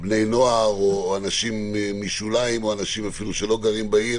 בני נוער או אנשים משוליים או אפילו אנשים שלא גרים בעיר